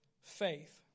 faith